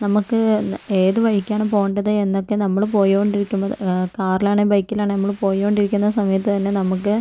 നമുക്ക് ഏത് വഴിയ്കാണ് പോകേണ്ടത് എന്നൊക്കെ നമ്മള് പൊയ്കൊണ്ടിരിക്കുമ്പം കാറിലാണേൽ ബൈക്കിലാണേൽ നമ്മള് പൊയ്കൊണ്ടിരിക്കുന്ന സമയത്ത് തന്നെ നമക്ക്